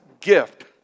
gift